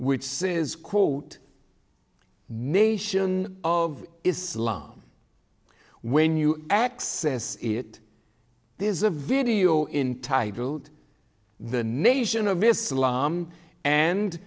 which says quote nation of islam when you access it there is a video in titled the nation of islam and